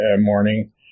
morning